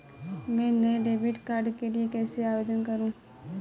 मैं नए debit card के लिए कैसे आवेदन करूं?